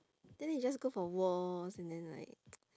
then they just go for wars and then like